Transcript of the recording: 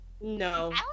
No